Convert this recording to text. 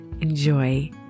Enjoy